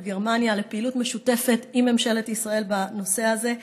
גרמניה לפעילות משותפת עם ממשלת ישראל בנושא הזה.